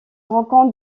rencontre